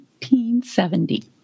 1970